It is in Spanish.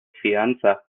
fianza